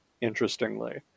interestingly